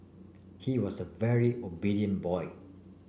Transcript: he was a very obedient boy